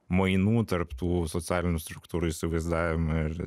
mainų tarp tų socialinių struktūrų įsivaizdavimą ir